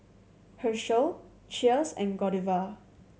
Herschel Cheers and Godiva